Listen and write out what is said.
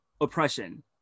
oppression